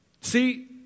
See